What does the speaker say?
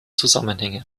zusammenhänge